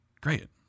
Great